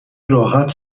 راحت